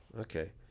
Okay